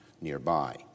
nearby